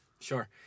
Sure